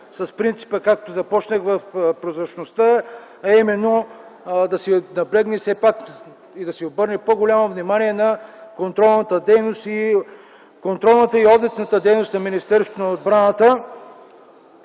с принципа за прозрачност, е именно да се наблегне и да се обърне по-голямо внимание на контролната и одитна дейност на Министерството на отбраната,